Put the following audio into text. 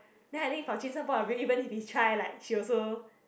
then I think from jun sheng point of view even if he try like she also